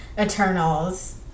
Eternals